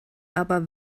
aber